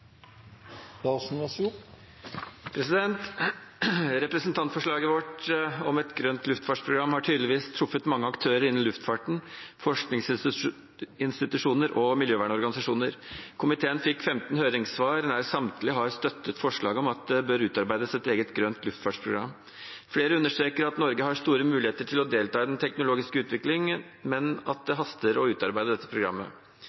Representantforslaget vårt om et grønt luftfartsprogram har tydeligvis truffet mange aktører innen luftfarten, forskningsinstitusjoner og miljøvernorganisasjoner. Komiteen fikk 15 høringssvar, og nær samtlige har støttet forslaget om at det bør utarbeides et eget grønt luftfartsprogram. Flere understreker at Norge har store muligheter til å delta i den teknologiske utviklingen, men at det haster med å utarbeide dette programmet.